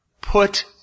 put